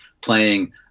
playing